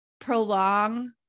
prolong